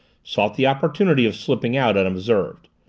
sought the opportunity of slipping out unobserved.